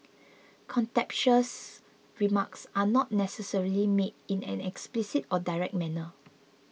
contemptuous remarks are not necessarily made in an explicit or direct manner